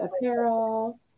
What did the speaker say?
apparel